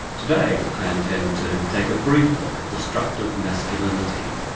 today i intend to take a brief look at destructive masculinity,